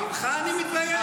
ממך אני מתבייש?